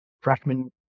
freshman